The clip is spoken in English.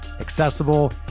accessible